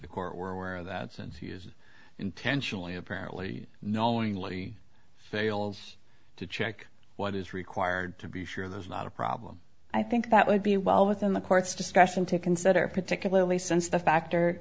the court were aware that since he is intentionally apparently knowingly fails to check what is required to be sure there's not a problem i think that would be well within the court's discussion to consider particularly since the factor